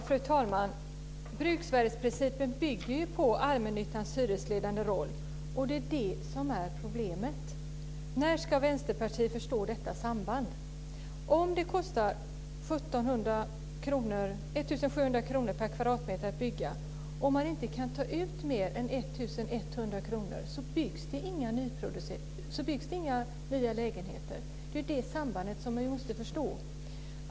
Fru talman! Bruksvärdesprincipen bygger ju på allmännyttans hyresledande roll. Det är det som är problemet. När ska Vänsterpartiet förstå detta samband? Om det kostar 1 700 kr per kvadratmeter att bygga och man inte kan ta ut mer än 1 100 kr byggs det inga nya lägenheter. Det är det sambandet ni måste förstå.